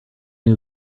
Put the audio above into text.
new